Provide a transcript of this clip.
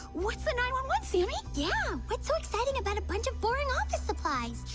what's an eye on what see me? yeah, what's so exciting about a bunch of boring office supply?